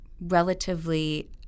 relatively